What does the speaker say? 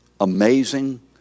amazing